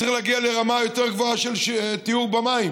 וצריך להגיע לרמה יותר גבוהה של טיהור במים,